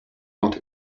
not